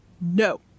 No